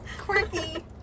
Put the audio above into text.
Quirky